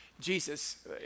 Jesus